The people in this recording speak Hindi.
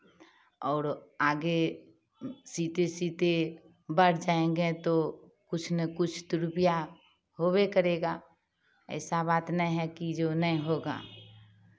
और आगे सिलते सिलते बढ़ जाएंगे तो कुछ ना कुछ तो रुपैया होबे करेगा ऐसा बात नहीं है कि जो नहीं होगा